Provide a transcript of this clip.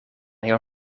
heel